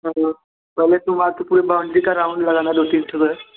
मतलब पहले तुम आ कर पूरी बाउंड्री का राउंड लगाना दो तीन ठो बार